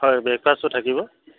হয় ব্ৰেকফাষ্টটো থাকিব